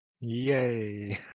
Yay